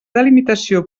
delimitació